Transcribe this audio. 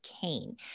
cane